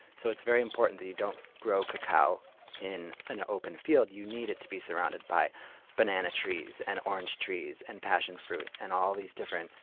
so it's very important that you don't grow cacao in an open field. you need it to be surrounded by banana trees, and orange trees, and passion fruit and all these different,